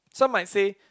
some might say